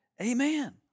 Amen